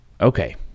Okay